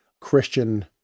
Christian